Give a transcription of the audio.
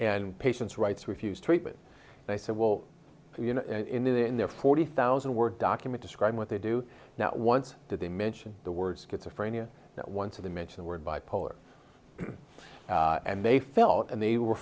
and patients rights refused treatment they said well you know in the in their forty thousand word document describing what they do not once did they mention the word schizophrenia that one to the mentioned word bipolar and they fell and they were